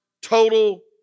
total